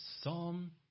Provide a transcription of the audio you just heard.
Psalm